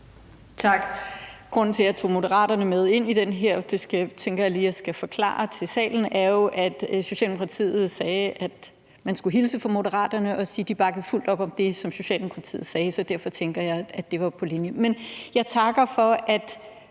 Grunden til at jeg tog Moderaterne med ind i den her – vil jeg gerne lige sige til salen – er jo, at Socialdemokratiet sagde, at man skulle hilse fra Moderaterne og sige, at de bakker fuldt op om det, som Socialdemokratiet sagde, så derfor tænker jeg, at det var på linje. Jeg takker for, at